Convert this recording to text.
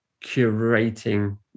curating